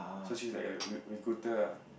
so she's like a re~ recruiter ah